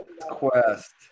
quest